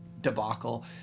debacle